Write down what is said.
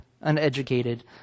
uneducated